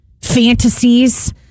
fantasies